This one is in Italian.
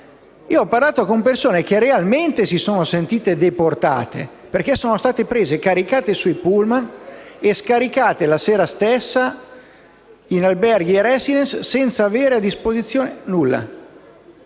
ho parlato con persone che realmente si sono sentite deportate, perché sono state prese, caricate sui pullman e scaricate le sera stessa in alberghi e residence senza avere a disposizione nulla: